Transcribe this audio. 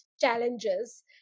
challenges